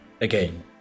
again